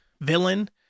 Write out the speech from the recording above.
villain